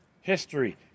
history